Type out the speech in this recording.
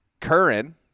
Curran